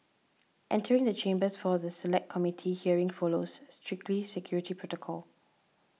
entering the chambers for the Select Committee hearing follows strict security protocol